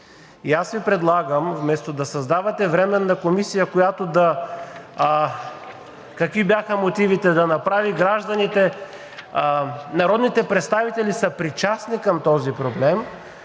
И аз Ви предлагам, вместо да създавате Временна комисия, която да – какви бяха мотивите? – „да направи народните представители съпричастни към този проблем“,